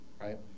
Right